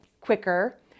quicker